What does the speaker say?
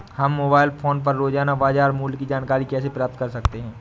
हम mobile phone पर रोजाना बाजार मूल्य की जानकारी कैसे प्राप्त कर सकते हैं?